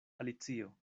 alicio